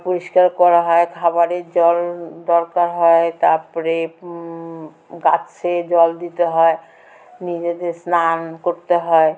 পরিষ্কার করা হয় খাবারের জল দরকার হয় তার পরে গাছে জল দিতে হয় নিজেদের স্নান করতে হয়